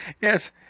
Yes